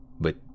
But